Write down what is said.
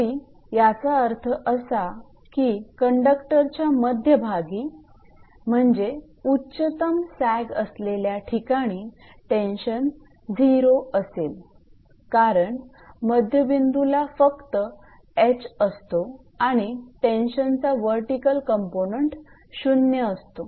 तरी याचा अर्थ असा की कंडक्टरच्या मध्यभागी म्हणजे उच्चतम सॅग असलेल्या ठिकाणी टेन्शन 0 असेल कारण मध्यबिंदू ला फक्त H असतो आणि टेन्शनचा वर्टीकल कंपोनेंट 0 असतो